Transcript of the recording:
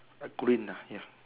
a green uh ya